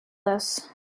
this